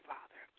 Father